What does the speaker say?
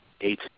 eight